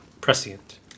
prescient